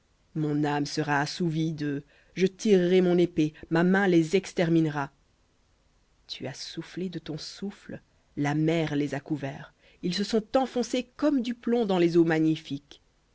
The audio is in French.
mon âme sera assouvie d'eux je tirerai mon épée ma main les exterminera tu as soufflé de ton souffle la mer les a couverts ils se sont enfoncés comme du plomb dans les eaux magnifiques